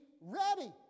ready